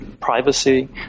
privacy